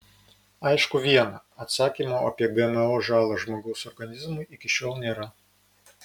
aišku viena atsakymo apie gmo žalą žmogaus organizmui iki šiol nėra